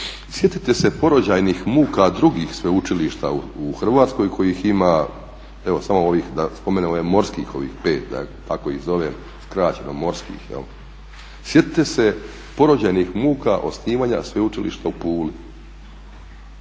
sjetite se porođajnih muka drugih sveučilišta u Hrvatskoj kojih ima, evo da spomenem ovih pet morskih kako ih zovem, skraćeno morskih, sjetite se porođajnih muka osnivanja Sveučilišta u Puli